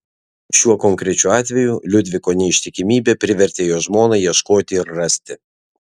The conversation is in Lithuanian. šiuo konkrečiu atveju liudviko neištikimybė privertė jo žmoną ieškoti ir rasti